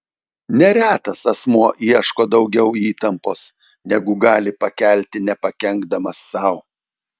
neretas asmuo ieško daugiau įtampos negu gali pakelti nepakenkdamas sau